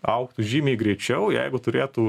augtų žymiai greičiau jeigu turėtų